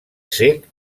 cec